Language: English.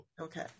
Okay